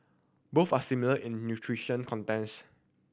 both are similar in nutrition contents